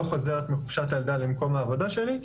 חוזרת מחופשת הלידה למקום העבודה שלי,